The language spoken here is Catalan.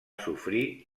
sofrir